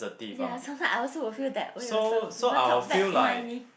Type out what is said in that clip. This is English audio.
ya sometimes I also will feel that way also people talk bad behind me